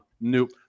Nope